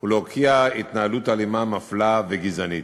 ולהוקיע התנהלות אלימה, מפלה וגזענית.